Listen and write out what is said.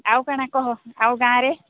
ଆଉ କ'ଣ କହ ଆଉ ଗାଁରେ